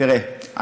תראה,